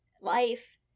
life